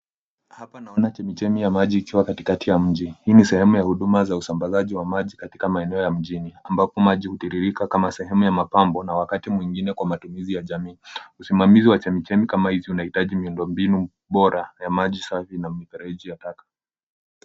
Hapa naona chemchemi ya maji ikiwa katikati ya mji. Hii ni sehemu ya huduma za usambazaji wa maji katika maeneo ya mjini ambapo maji hutiririka kama mapambo na wakati mwingine ikitumika kwa matumizi ya jamii. Usimamizi wa chemchemi kama hizi unahitaji miundombinu bora ya maji safi na mifereji ya taka.